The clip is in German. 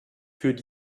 führt